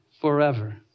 forever